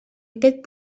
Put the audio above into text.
aquest